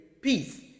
peace